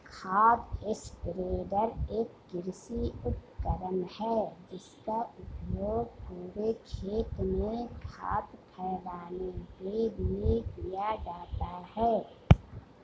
खाद स्प्रेडर एक कृषि उपकरण है जिसका उपयोग पूरे खेत में खाद फैलाने के लिए किया जाता है